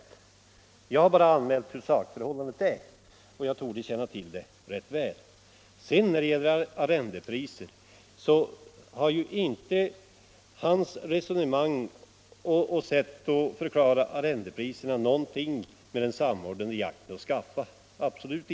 Jag har bara talat om hur sakförhållandet är» och det torde jag känna till ganska väl. Vad sedan gäller arrendepriserna har herr Magnussons resonemang och sätt att förklara dem inte ett dugg med den samordnade jakten att skaffa.